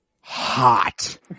hot